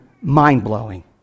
mind-blowing